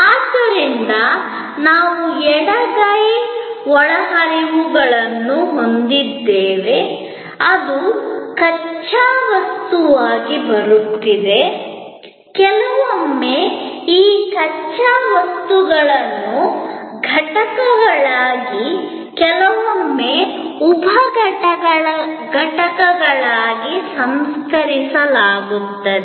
ಆದ್ದರಿಂದ ನಾವು ಎಡಗೈ ಒಳಹರಿವುಗಳನ್ನು ಹೊಂದಿದ್ದೇವೆ ಅದು ಕಚ್ಚಾ ವಸ್ತುವಾಗಿ ಬರುತ್ತಿದೆ ಕೆಲವೊಮ್ಮೆ ಈ ಕಚ್ಚಾ ವಸ್ತುಗಳನ್ನು ಘಟಕಗಳಾಗಿ ಕೆಲವೊಮ್ಮೆ ಉಪ ವ್ಯವಸ್ಥೆಗಳಾಗಿ ಸಂಸ್ಕರಿಸಲಾಗುತ್ತದೆ